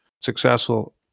successful